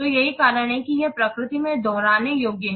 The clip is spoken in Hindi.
तो यही कारण है कि यह प्रकृति में दोहराने योग्य है